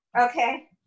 Okay